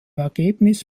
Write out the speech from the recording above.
ergebnis